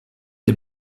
des